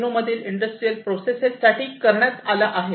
0 मधील industrial process साठी करण्यात आला आहे